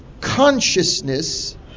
consciousness